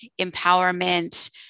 empowerment